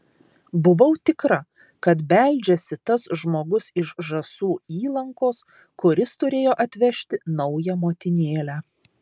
buvau tikra kad beldžiasi tas žmogus iš žąsų įlankos kuris turėjo atvežti naują motinėlę